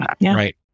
Right